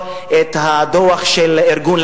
כי הם נמצאים באותה מערכת חינוך.